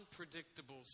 unpredictable